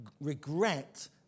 regret